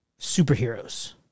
superheroes